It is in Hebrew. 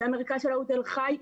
שהמרכז שלה הוא תל חי,